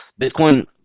Bitcoin